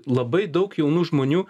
labai daug jaunų žmonių